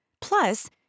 Plus